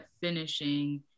finishing